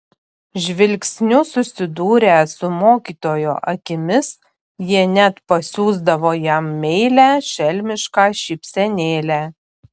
žvilgsniu susidūrę su mokytojo akimis jie net pasiųsdavo jam meilią šelmišką šypsenėlę